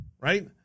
right